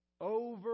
Over